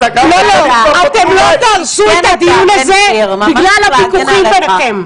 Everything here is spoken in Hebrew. אתם לא תהרסו את הדיון הזה בגלל הוויכוחים ביניכם.